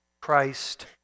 Christ